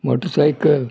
motorcycle